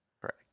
Correct